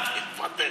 אל תתפטר.